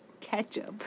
Ketchup